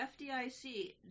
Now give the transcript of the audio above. FDIC